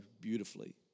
beautifully